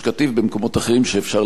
שאפשר להקפיד בהם פחות,